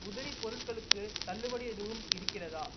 உதிரி பொருட்களுக்கு தள்ளுபடி எதுவும் இருக்கிறதா